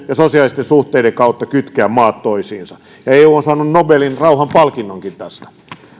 ja sosiaalisten suhteiden kautta kytkeä maat toisiinsa ja eu on saanut nobelin rauhanpalkinnonkin tästä haluttiin nimenomaan sitoa taloudellisesti maat yhteen